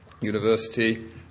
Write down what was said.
university